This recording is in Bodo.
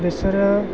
बिसोरो